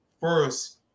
first